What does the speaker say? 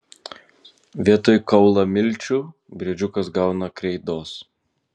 vietoj kaulamilčių briedžiukas gauna kreidos